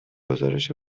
گزارش